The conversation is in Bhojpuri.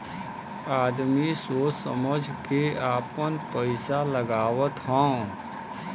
आदमी सोच समझ के आपन पइसा लगावत हौ